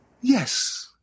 yes